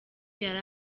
yari